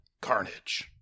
Carnage